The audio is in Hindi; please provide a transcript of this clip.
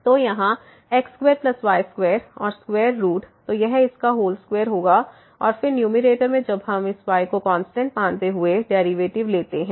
तो यहाँ x2y2और स्क्वेयर रूट तो यह इसका होल स्क्वेयर होगा और फिर न्यूमैरेटर में जब हम इस y को कांस्टेंट मानते हुए डेरिवेटिव लेते हैं